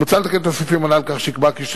מוצע לתקן את הסעיפים הנ"ל כך שייקבע